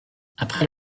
après